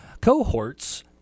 cohorts